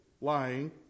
lying